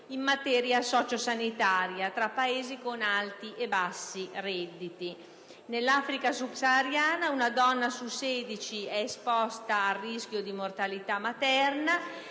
in materia socio-sanitaria tra Paesi con redditi bassi e quelli con redditi alti. Nell'Africa sub-sahariana una donna su 16 è esposta al rischio di mortalità materna